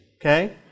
okay